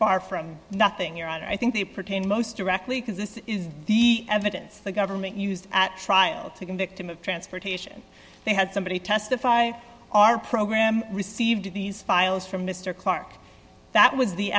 far from nothing your honor i think they pertain most directly because this is the evidence the government used at trial to convict him of transportation they had somebody testify our program received these files from mr clarke that was the